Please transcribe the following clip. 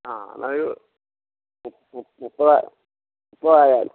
ആ എന്നാൽ ഒരു മുപ്പത്